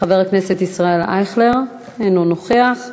חבר הכנסת ישראל אייכלר, אינו נוכח.